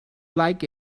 like